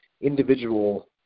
individual